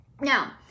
now